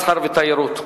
מסחר ותיירות,